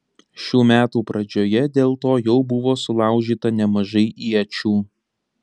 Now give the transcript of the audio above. šių metų pradžioje dėl to jau buvo sulaužyta nemažai iečių